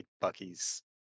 Bucky's